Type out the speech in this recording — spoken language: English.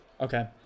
okay